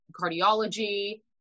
cardiology